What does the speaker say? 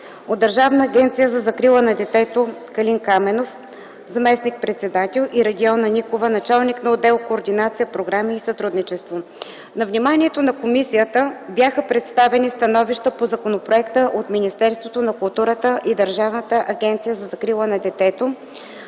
Държавната агенция за закрила на детето – Калин Каменов, заместник-председател, и Радиона Никова, началник на отдел „Координация, програми и сътрудничество”. На вниманието на комисията бяха представени становища по законопроекта от Министерството на културата и Държавната агенция за закрила на детето,